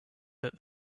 that